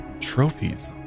trophies